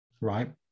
right